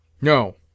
No